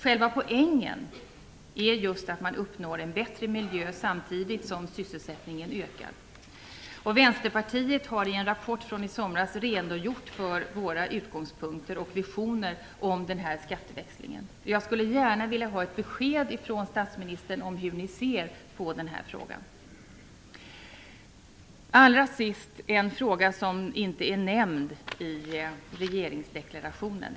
Själva poängen är just att man uppnår en bättre miljö samtidigt som sysselsättningen ökar. Vänsterpartiet har i en rapport från i somras redogjort för sina utgångspunkter och visioner om denna skatteväxling. Jag skulle gärna vilja ha ett besked från statsministern om hur ni ser på denna fråga. Allra sist, en fråga som inte är nämnd i regeringsdeklarationen.